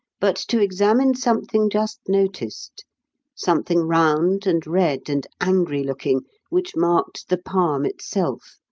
but to examine something just noticed something round and red and angry-looking which marked the palm itself,